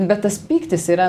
bet tas pyktis yra